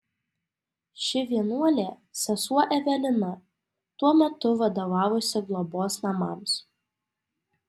ši vienuolė sesuo evelina tuo metu vadovavusi globos namams